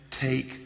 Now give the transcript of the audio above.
take